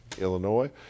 Illinois